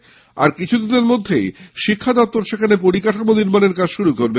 অল্প কিছুদিনের মধ্যেই শিক্ষা দপ্তর সেখানে পরিকাঠামো নির্মাণের কাজ শুরু করবে